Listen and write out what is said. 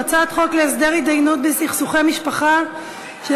הצעת חוק להסדר התדיינויות בסכסוכי משפחה (יישוב מוקדם של הסכסוך),